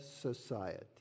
society